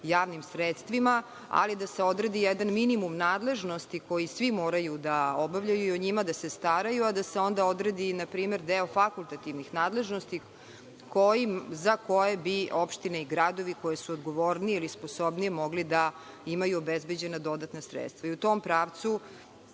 javnim sredstvima, ali da se odredi jedan minimum nadležnosti koji svi moraju da obavljaju i o njima da se staraju, a da se onda odredi npr. deo fakultativnih nadležnosti za koje bi opštine i gradovi koji su odgovorniji ili sposobniji mogli da imaju obezbeđena dodatna sredstva.U tom pravcu